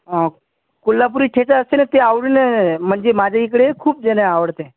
कोल्हापुरी ठेचा असते ना ते आवडीने म्हणजे माझ्याइकडे खूप जणे आवडते